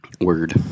Word